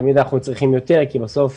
תמיד אנחנו צריכים יותר כי בסוף